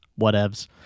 Whatevs